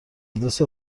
آدرس